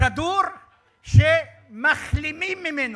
כדור שמחלימים ממנו,